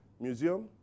museum